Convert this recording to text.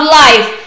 life